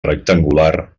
rectangular